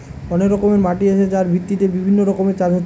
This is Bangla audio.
অনেক রকমের মাটি আছে যার ভিত্তিতে বিভিন্ন রকমের চাষ হচ্ছে